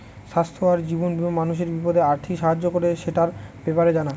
স্বাস্থ্য আর জীবন বীমা মানুষের বিপদে আর্থিক সাহায্য করে, সেটার ব্যাপারে জানা